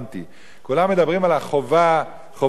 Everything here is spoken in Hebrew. כולם מדברים על החובה, חובות שונות.